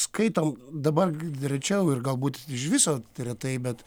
skaitom dabar rečiau ir galbūt iš viso retai bet